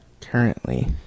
currently